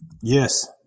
Yes